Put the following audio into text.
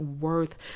worth